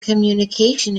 communication